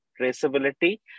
traceability